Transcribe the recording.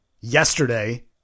yesterday